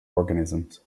organisms